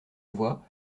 voit